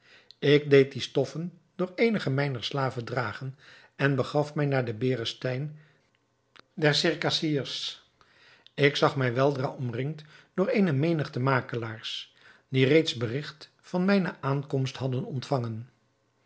ik deed die stoffen door eenige mijner slaven dragen en begaf mij naar den berestein der circassiers ik zag mij weldra omringd door eene menigte makelaars die reeds berigt van mijne aankomst hadden ontvangen